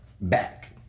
back